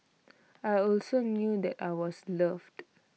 I also knew that I was loved